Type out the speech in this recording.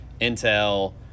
Intel